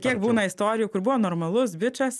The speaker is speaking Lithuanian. kiek būna istorijų kur buvo normalus bičas